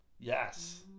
yes